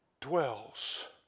Dwells